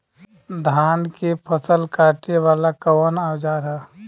धान के फसल कांटे वाला कवन औजार ह?